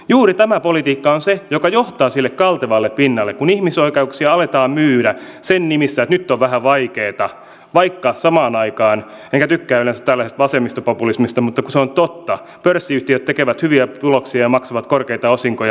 juuri tämä politiikka on se joka johtaa sille kaltevalle pinnalle missä ihmisoikeuksia aletaan myydä sen nimissä että nyt on vähän vaikeeta vaikka samaan aikaan enkä tykkää yleensä tällaisesta vasemmistopopulismista mutta kun se on totta pörssiyhtiöt tekevät hyviä tuloksia ja maksavat korkeita osinkoja